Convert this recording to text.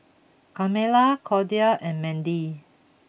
Carmella Cordie and Mandy